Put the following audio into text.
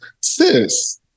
Sis